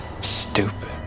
Stupid